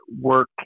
work